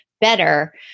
better